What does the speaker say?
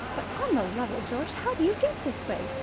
but, on the level, george, how do you get this way?